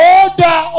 order